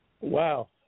Wow